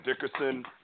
Dickerson